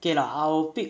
okay lah I will pick